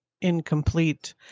incomplete